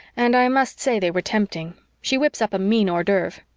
and i must say they were tempting she whips up a mean hors d'oeuvre.